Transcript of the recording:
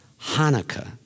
Hanukkah